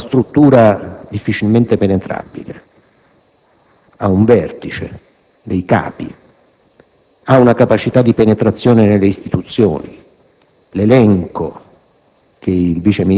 Ha una struttura difficilmente penetrabile, ha un vertice, dei capi, ha capacità di penetrazione nelle istituzioni. L'elenco,